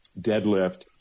deadlift